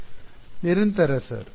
ವಿದ್ಯಾರ್ಥಿ ನಿರಂತರ ಸರ್